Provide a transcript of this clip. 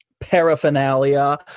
paraphernalia